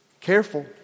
Careful